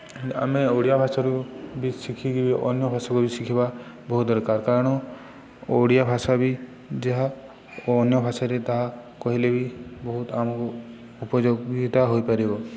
ଆମେ ଓଡ଼ିଆ ଭାଷାରୁ ବି ଶିଖିକି ବି ଅନ୍ୟ ଭାଷାକୁ ବି ଶିଖିବା ବହୁତ ଦରକାର କାରଣ ଓଡ଼ିଆ ଭାଷା ବି ଯାହା ଅନ୍ୟ ଭାଷାରେ ତାହା କହିଲେ ବି ବହୁତ ଆମକୁ ଉପଯୋଗିତା ହୋଇପାରିବ